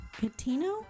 Catino